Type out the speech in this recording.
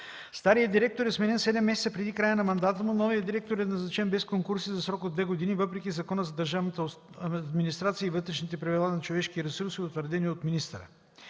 Старият директор е сменен седем месеца преди края на мандата му, новият директор е назначен без конкурс със срок от две години, въпреки Закона за държавната администрация и Вътрешните правила на „Човешки ресурси”, утвърдени от министъра.